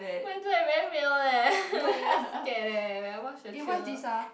oh-my-god very real leh very scared eh when I watch the trailer